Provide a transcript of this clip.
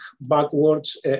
backwards